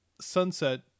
Sunset